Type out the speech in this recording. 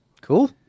Cool